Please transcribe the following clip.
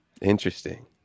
interesting